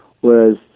whereas